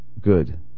Good